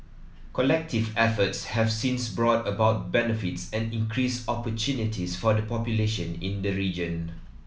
collective efforts have since brought about benefits and increased opportunities for the population in the region